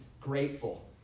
grateful